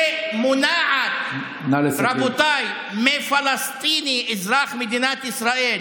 שמונעת מפלסטיני אזרח מדינת ישראל